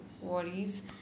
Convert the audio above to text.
worries